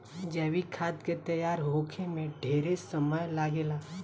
जैविक खाद के तैयार होखे में ढेरे समय लागेला